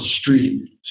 street